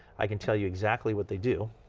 i can tell you exactly what they do.